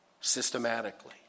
systematically